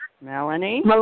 Melanie